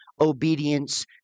obedience